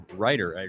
writer